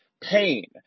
Pain